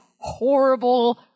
horrible